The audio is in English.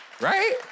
Right